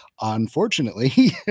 unfortunately